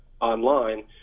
online